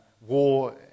war